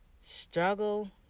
struggle